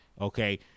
Okay